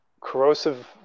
corrosive